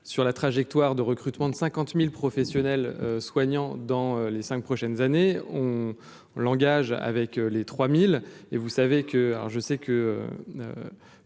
sur la trajectoire de recrutement de 50000 professionnels soignants dans les 5 prochaines années on langage avec les trois mille et vous savez que alors je sais que